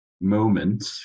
moment